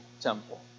temple